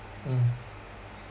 mm